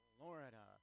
Florida